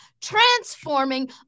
transforming